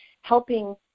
helping